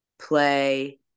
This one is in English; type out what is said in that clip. play